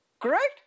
Correct